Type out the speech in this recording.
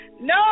No